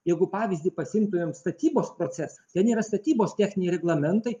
jeigu pavyzdį pasiimtumėm statybos procesą ten yra statybos techniniai reglamentai